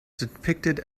depicted